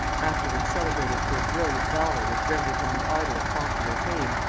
afterwards celebrated for brilliant valor which rendered him the idol of popular fame,